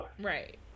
right